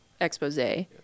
expose